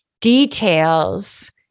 details